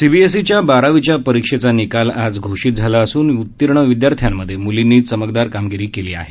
CBSC च्या बारावीच्या परिक्षेचा निकाल आज घोषित झाला असून उत्तीर्ण विदयार्थ्यांमध्ये मुलींनी चमकदार कामगिरी केली आहे